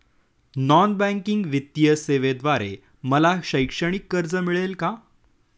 Non banking वित्तीय सेवेद्वारे मला शैक्षणिक कर्ज मिळेल का?